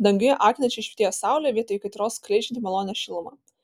danguje akinančiai švytėjo saulė vietoj kaitros skleidžianti malonią šilumą